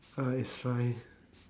uh it's fine